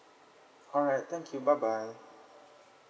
alright thank you bye bye